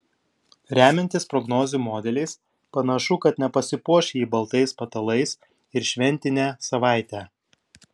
remiantis prognozių modeliais panašu kad nepasipuoš ji baltais patalais ir šventinę savaitę